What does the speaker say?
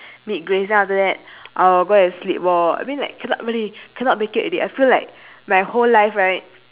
meet grace lah after that I'll go and sleep loh I mean like cannot really cannot make it already I feel like my whole life right